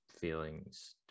feelings